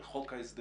על חוק ההסדרים,